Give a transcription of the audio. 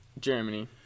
Germany